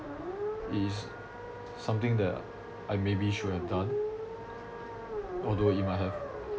is something that I maybe should have done although it might have